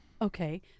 Okay